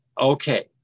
okay